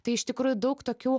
tai iš tikrųjų daug tokių